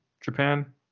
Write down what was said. Japan